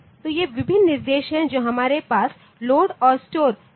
तो ये विभिन्न निर्देश हैं जो हमारे पास लोड और स्टोर प्रकार में हैं